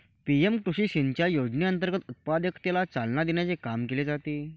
PM कृषी सिंचाई योजनेअंतर्गत उत्पादकतेला चालना देण्याचे काम केले जाते